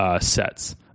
sets